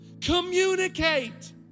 Communicate